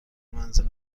منزل